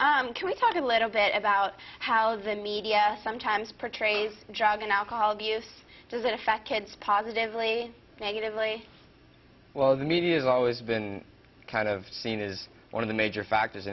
can we talk a little bit about how the media sometimes portrays drug and alcohol abuse does it affect kids positively negatively well the media has always been kind of seen is one of the major factors